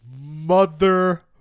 mother